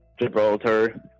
Gibraltar